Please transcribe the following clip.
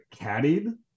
caddied